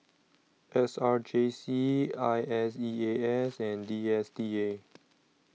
S R J C I S E A S and D S T A